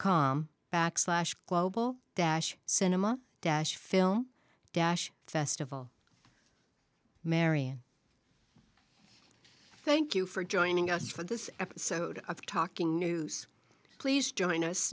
com backslash global dash cinema dash film dash festival marion thank you for joining us for this episode of talking news please join us